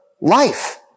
life